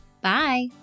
Bye